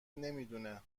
نمیدونه